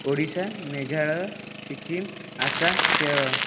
Odisha Meghalaya Sikkim Assam Kerala